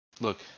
look